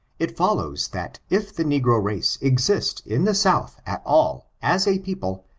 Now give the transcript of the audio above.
it follows that if the negro race exist in the south at all, as a people,